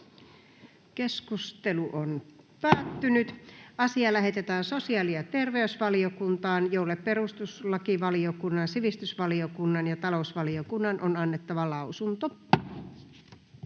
ehdottaa, että asia lähetetään sosiaali- ja terveysvaliokuntaan, jolle perustuslakivaliokunnan, sivistysvaliokunnan ja talousvaliokunnan on annettava lausunto.